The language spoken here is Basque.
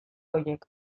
horiek